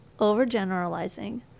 overgeneralizing